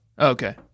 okay